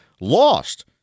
lost